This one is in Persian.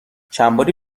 چندباری